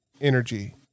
Energy